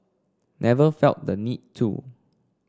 never felt the need to